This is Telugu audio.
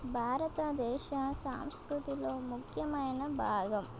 భారతదేశ సాంస్కృతిలో ముఖ్యమైన భాగం